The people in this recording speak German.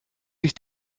sich